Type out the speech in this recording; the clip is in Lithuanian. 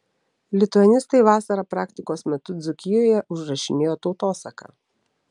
lituanistai vasarą praktikos metu dzūkijoje užrašinėjo tautosaką